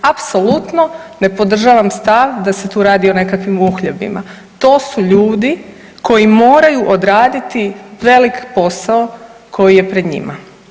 Apsolutno ne podržavam stav da se tu radi o nekakvim uhljebima, to su ljudi koji moraju odraditi velik posao koji je pred njima.